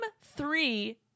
three